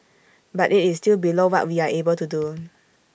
but IT is still below what we are able to do